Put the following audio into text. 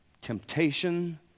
Temptation